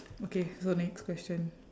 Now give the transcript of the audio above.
okay so next question